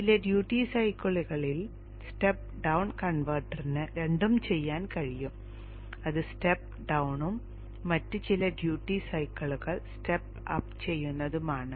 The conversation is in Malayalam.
ചില ഡ്യൂട്ടി സൈക്കിളുകളിൽ സ്റ്റെപ്പ് അപ് ഡൌൺ കൺവെർട്ടറിന് രണ്ടും ചെയ്യാൻ കഴിയും അത് സ്റ്റെപ്പ് ഡൌണും മറ്റ് ചില ഡ്യൂട്ടി സൈക്കിളുകൾ സ്റ്റെപ്പ് അപ്പ് ചെയ്യുന്നതുമാണ്